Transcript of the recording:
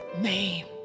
name